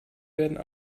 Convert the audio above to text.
werden